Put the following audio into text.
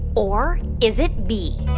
or is it b,